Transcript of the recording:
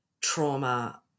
trauma